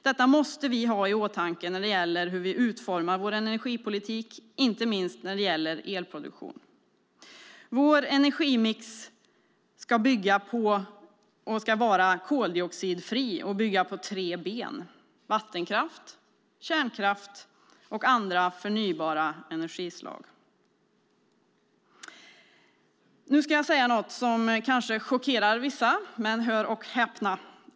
Detta måste vi ha i åtanke när vi utformar vår energipolitik, inte minst när det gäller elproduktion. Vår energimix ska vara koldioxidfri och bygga på tre ben: vattenkraft, kärnkraft och andra förnybara energislag. Nu ska jag säga något som kanske chockerar vissa, men hör och häpna!